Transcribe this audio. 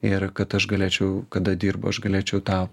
ir kad aš galėčiau kada dirbu aš galėčiau tą